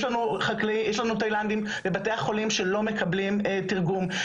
יש לנו תאילנדים בבתי החולים שלא מקבלים תרגום,